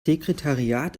sekretariat